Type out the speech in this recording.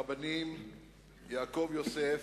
קראו הרבנים יעקב יוסף,